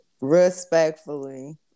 respectfully